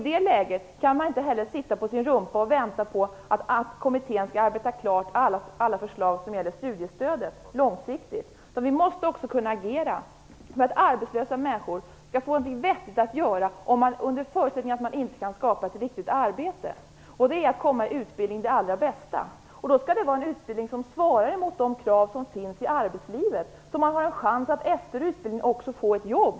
Då kan man inte sitta på sin rumpa och vänta på att kommittén skall slutföra sitt arbete med alla förslag som gäller studiestödet långsiktigt - vi måste också kunna agera för att arbetslösa människor skall få någonting vettigt att göra under förutsättning att man inte kan skapa ett riktigt arbete. Det allra bästa är då att komma i utbildning, och det skall vara en utbildning som svarar mot de krav som finns i arbetslivet, så att man har en chans att efter utbildningen också få ett jobb.